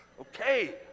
Okay